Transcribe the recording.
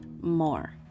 more